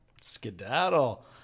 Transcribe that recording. Skedaddle